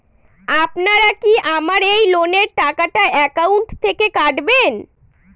আপনারা কি আমার এই লোনের টাকাটা একাউন্ট থেকে কাটবেন?